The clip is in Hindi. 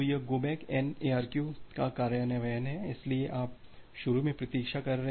तो यह गो बैक N ARQ का कार्यान्वयन है इसलिए आप शुरू में प्रतीक्षा कर रहे हैं